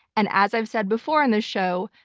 and as i've said before on this show,